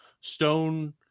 stone